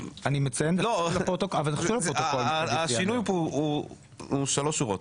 השינוי כאן הוא שלוש שורות.